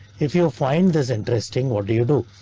if you find this interesting, what do you do?